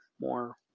more